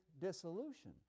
dissolution